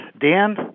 Dan